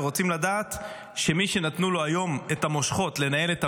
ורוצים לדעת שמי שנתנו לו היום את המושכות לנהל את המדינה,